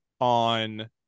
on